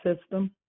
system